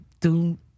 doom